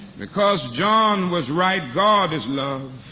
because john was right, god is love.